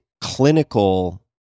clinical